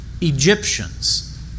Egyptians